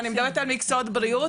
אני מדברת על מקצועות בריאות.